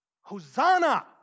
Hosanna